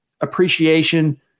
appreciation –